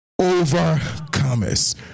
Overcomers